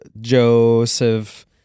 Joseph